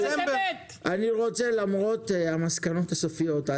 למרות המסקנות הסופיות,